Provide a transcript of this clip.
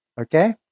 Okay